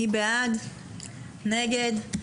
מי בעד, נגד?